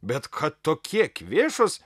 bet kad tokie kvėšos